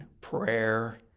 prayer